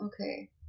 Okay